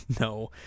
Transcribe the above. No